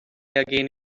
again